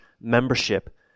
membership